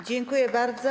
Dziękuję bardzo.